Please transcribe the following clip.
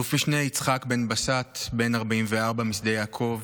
אלוף משנה יצחק בן בשט, בן 44 משדה יעקב,